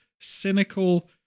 cynical